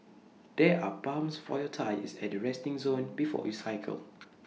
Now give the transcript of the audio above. there are pumps for your tyres at the resting zone before you cycle